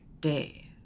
day